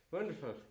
Wonderful